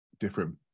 different